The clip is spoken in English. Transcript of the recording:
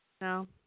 No